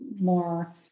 more